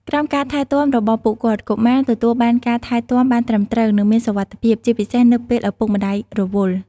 ក្រោមការថែទាំរបស់ពួកគាត់ កុមារទទួលបានការថែទាំបានត្រឹមត្រូវ និងមានសុវត្ថិភាព ជាពិសេសនៅពេលឪពុកម្តាយរវល់។